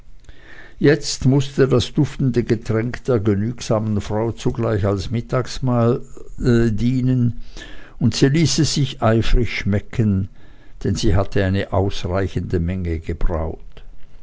jetzt mußte das duftende getränk der genügsamen frau zugleich das mittagsmahl versehen und sie ließ es sich eifrig schmecken denn sie hatte eine ausreichende menge gebraut